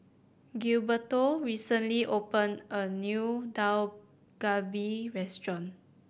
Gilberto recently opened a new Dak Galbi Restaurant